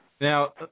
Now